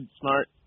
smart